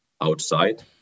outside